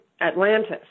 Atlantis